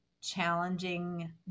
challenging